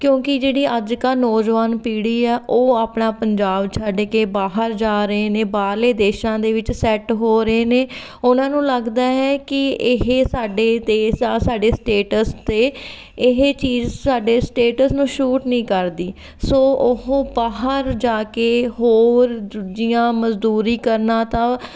ਕਿਉਂਕਿ ਜਿਹੜੀ ਅੱਜ ਕੱਲ੍ਹ ਨੌਜਵਾਨ ਪੀੜ੍ਹੀ ਆ ਉਹ ਆਪਣਾ ਪੰਜਾਬ ਛੱਡ ਕੇ ਬਾਹਰ ਜਾ ਰਹੇ ਨੇ ਬਾਹਰਲੇ ਦੇਸ਼ਾਂ ਦੇ ਵਿੱਚ ਸੈੱਟ ਹੋ ਰਹੇ ਨੇ ਉਹਨਾਂ ਨੂੰ ਲੱਗਦਾ ਹੈ ਕਿ ਇਹ ਸਾਡੇ ਦੇਸ਼ ਆ ਸਾਡੇ ਸਟੇਟਸ 'ਤੇ ਇਹ ਚੀਜ਼ ਸਾਡੇ ਸਟੇਟਸ ਨੂੰ ਸੂਟ ਨਹੀਂ ਕਰਦੀ ਸੋ ਉਹ ਬਾਹਰ ਜਾ ਕੇ ਹੋਰ ਦੂਜੀਆਂ ਮਜ਼ਦੂਰੀ ਕਰਨਾ ਤਾਂ